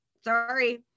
Sorry